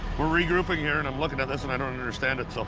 we're regrouping here and i'm looking at this and i don't understand it, so.